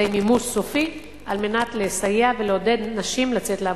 מימוש סופי על מנת לסייע ולעודד נשים לצאת לעבודה.